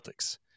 Celtics